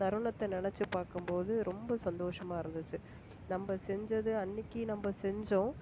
தருணத்தை நினச்சிப் பார்க்கும் போது ரொம்ப சந்தோஷமாக இருந்துச்சு நம்ப செஞ்சது அன்னக்கு நம்ப செஞ்சோம்